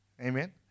amen